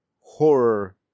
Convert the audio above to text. horror